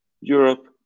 Europe